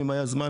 אם היה זמן,